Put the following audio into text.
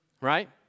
right